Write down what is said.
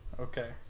Okay